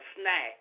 snack